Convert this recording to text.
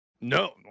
no